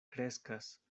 kreskas